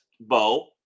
Bo